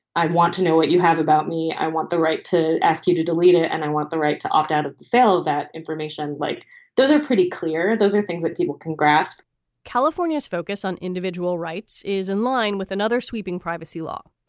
i want to know what you have about me. i want the right to ask you to delete it. and i want the right to opt out of the that information like those are pretty clear. those are things that people can grasp california's focus on individual rights is in line with another sweeping privacy law.